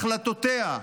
החלטותיה,